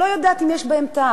אני לא יודעת אם יש בהם טעם.